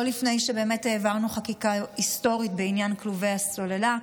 לא לפני שבאמת העברנו חקיקה היסטורית בעניין כלובי הסוללה,